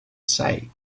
say